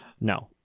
No